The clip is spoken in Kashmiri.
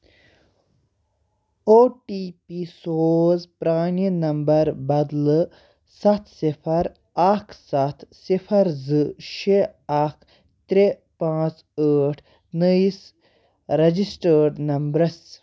او ٹی پی سوز پرٛانہِ نمبر بدلہٕ سَتھ صِفر اکھ سَتھ صِفر زٕ شیٚے اکھ ترٛےٚ پانٛژھ ٲٹھ نٔیِس ریجسٹٲرڈ نمبرَس